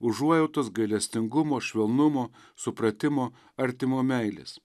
užuojautos gailestingumo švelnumo supratimo artimo meilės